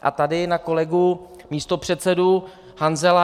A tady na kolegu místopředsedu Hanzela.